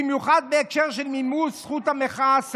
במיוחד בהקשר של מימוש זכות המחאה.